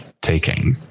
taking